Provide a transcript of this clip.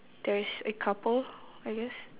there is a couple I guess